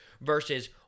versus